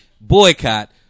boycott